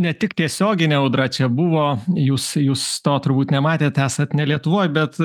ne tik tiesioginė audra čia buvo jūs jūs to turbūt nematėt esat ne lietuvoj bet